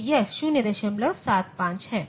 तो यह 075 है